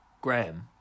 Graham